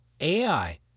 AI